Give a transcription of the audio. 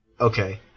Okay